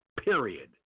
Period